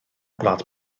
gwlad